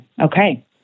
Okay